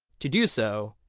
to do so,